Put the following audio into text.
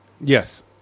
Yes